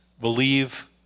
believe